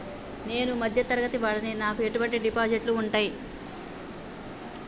నేను మధ్య తరగతి వాడిని నాకు ఎటువంటి డిపాజిట్లు ఉంటయ్?